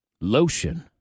Lotion